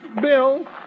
Bill